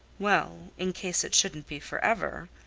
well, in case it shouldn't be forever,